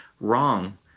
wrong